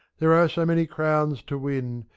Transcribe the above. there are so many crowns to win.